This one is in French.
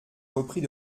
repris